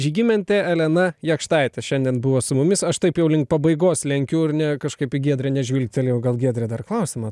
žygimentė elena jakštaitė šiandien buvo su mumis aš taip jau link pabaigos lenkiu ir ne kažkaip į giedrę nežvilgtelėjau gal giedrė dar klausimą